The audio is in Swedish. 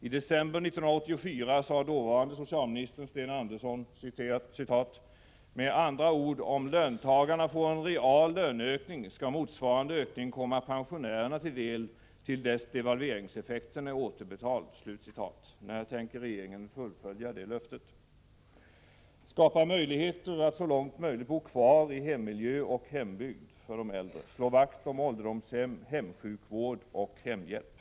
I december 1984 sade dåvarande socialministern Sten Andersson: ”Med andra ord, om löntagarna får en real löneökning skall motsvarande ökning komma pensionärerna till del till dess devalveringseffekten är återbetald.” När tänker regeringen fullfölja det löftet? Oo Skapa möjligheter för de äldre att så långt möjligt bo kvar i hemmiljö och hembygd. Slå vakt om ålderdomshem, hemsjukvård och hemhjälp.